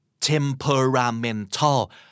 Temperamental